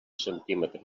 centímetres